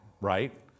right